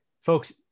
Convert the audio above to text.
Folks